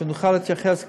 שנוכל להתייחס גם,